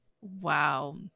wow